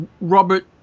Robert